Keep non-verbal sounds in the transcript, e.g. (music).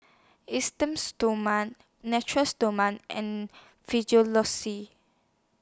Esteem Stoma Nature Stoma and (unintelligible)